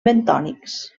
bentònics